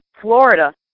Florida